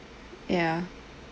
ya